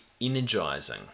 energizing